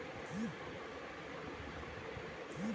బాస్మతి బియ్యం పండించడానికి మన నేల సరిపోతదా?